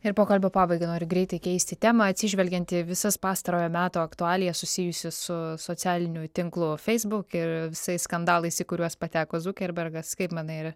ir pokalbio pabaigai noriu greitai keisti temą atsižvelgiant į visas pastarojo meto aktualijas susijusias su socialiniu tinklu facebook ir visais skandalais į kuriuos pateko zukerbergas kaip manai ar